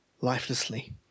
lifelessly